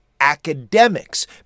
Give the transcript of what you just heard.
academics